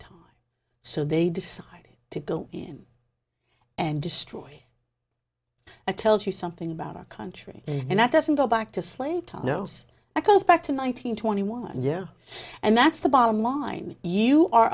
moment so they decided to go in and destroy a tells you something about our country and that doesn't go back to slave tunnels that goes back to nine hundred twenty one yeah and that's the bottom line you are